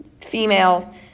female